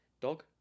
dog